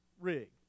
rig